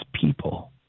people